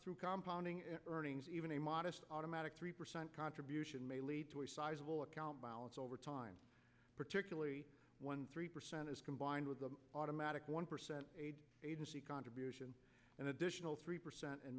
ugh com pounding earnings even a modest automatic three percent contribution may lead to a sizeable account balance over time particularly when three percent is combined with the automatic one percent aid agency contribution an additional three percent and